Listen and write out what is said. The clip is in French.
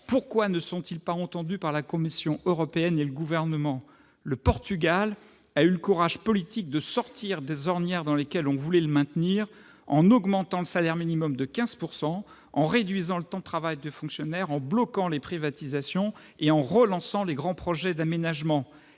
Pourquoi ne sont-ils pas entendus par la Commission européenne et le Gouvernement ? Le Portugal a eu le courage politique de sortir des ornières dans lesquelles on voulait le maintenir en augmentant le salaire minimum de 15 %, en réduisant le temps de travail des fonctionnaires, en bloquant les privatisations et en relançant des grands projets d'aménagement.